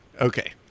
Okay